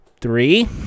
Three